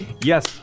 Yes